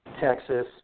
Texas